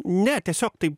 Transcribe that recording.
ne tiesiog taip